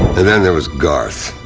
and then there was garth.